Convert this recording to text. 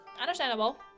understandable